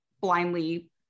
blindly